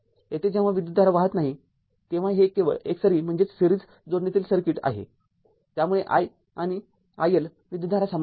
येथे जेव्हा विद्युतधारा वाहत नाही तेव्हा हे केवळ एक एकसरी जोडणीतील सर्किट आहे त्यामुळे i आणि i L विद्युतधारा समान आहेत